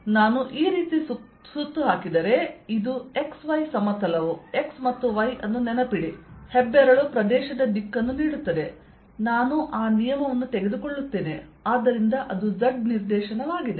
ಆದ್ದರಿಂದ ನಾನು ಈ ರೀತಿ ಸುತ್ತು ಹಾಕಿದರೆ ಇದು x y ಸಮತಲವು x ಮತ್ತು y ಅನ್ನು ನೆನಪಿಡಿ ಹೆಬ್ಬೆರಳು ಪ್ರದೇಶದ ದಿಕ್ಕನ್ನು ನೀಡುತ್ತದೆ ನಾನು ಆ ನಿಯಮವನ್ನು ತೆಗೆದುಕೊಳ್ಳುತ್ತೇನೆ ಆದ್ದರಿಂದ ಅದು z ನಿರ್ದೇಶನವಾಗಿದೆ